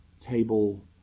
table